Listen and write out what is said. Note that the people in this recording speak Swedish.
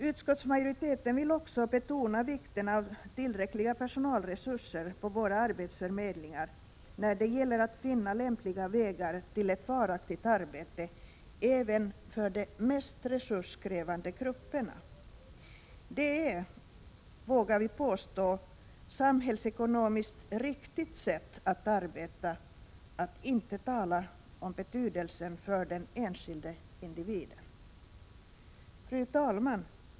Utskottsmajoriteten vill också betona vikten av tillräckliga personalresurser på våra arbetsförmedlingar när det gäller att finna lämpliga vägar till varaktiga arbeten även för de mest resurskrävande grupperna. Det är — vågar vi påstå — samhällsekonomiskt riktigt att arbeta på ett sådant sätt, för att inte tala om betydelsen för den enskilda individen. Herr talman!